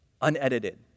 unedited